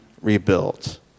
rebuilt